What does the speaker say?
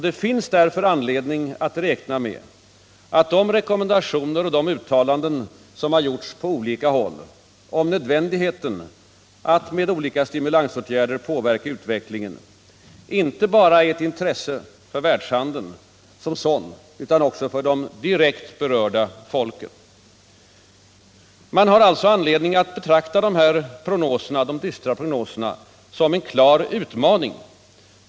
Det finns därför anledning räkna med att de rekommendationer och uttalanden som gjorts på olika håll om nödvändigheten att med olika stimulansåtgärder påverka utvecklingen är ett intresse inte bara för världshandeln som sådan utan också för de direkt berörda folken. Man har alltså anledning att betrakta de dystra prognoserna som en klar utmaning.